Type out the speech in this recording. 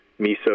miso